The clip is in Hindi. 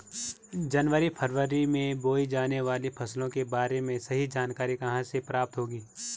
जनवरी फरवरी में बोई जाने वाली फसलों के बारे में सही जानकारी कहाँ से प्राप्त होगी?